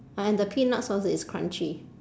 and the peanut sauce is crunchy